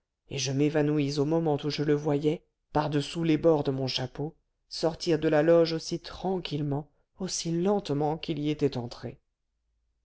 et je m'évanouis au moment où je le voyais par-dessous les bords de mon chapeau sortir de la loge aussi tranquillement aussi lentement qu'il y était entré